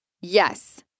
Yes